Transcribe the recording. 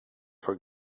for